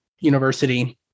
University